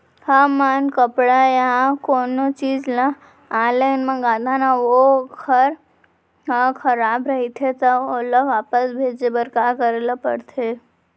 हमन कपड़ा या कोनो चीज ल ऑनलाइन मँगाथन अऊ वोकर ह खराब रहिये ता ओला वापस भेजे बर का करे ल पढ़थे?